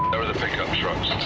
are the pick-up trucks.